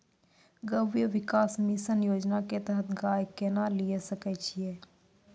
गव्य विकास मिसन योजना के तहत गाय केना लिये सकय छियै?